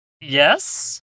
Yes